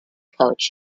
coach